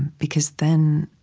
because then,